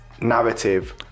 narrative